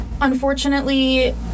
Unfortunately